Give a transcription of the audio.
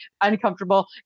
uncomfortable